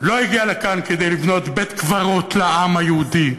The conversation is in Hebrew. לא הגיע לכאן כדי לבנות בית-קברות לעם היהודי,